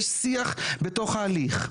יש שיח בתוך ההליך.